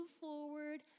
forward